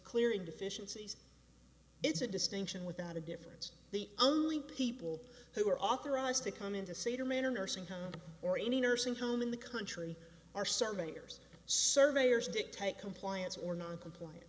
clearing deficiencies it's a distinction without a difference the only people who are authorized to come into cedar manor nursing home or any nursing home in the country are surveyors surveyors dictate compliance or noncomplian